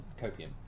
copium